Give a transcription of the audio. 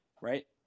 right